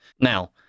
Now